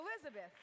Elizabeth